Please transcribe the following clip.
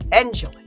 Enjoy